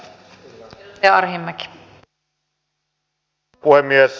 arvoisa puhemies